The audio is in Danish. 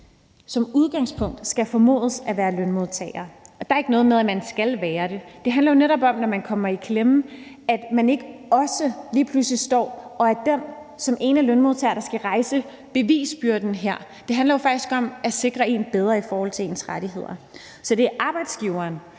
som udgangspunkt – skal formodes at være lønmodtagere. Der er ikke noget med, at man skal være det. Det handler jo netop om, når man kommer i klemme, at man ikke også lige pludselig står og er den, der som ene lønmodtager skal rejse bevisbyrden her. Det handler faktisk om at sikre en bedre i forhold til ens rettigheder, så det er arbejdsgiveren,